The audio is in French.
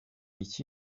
ici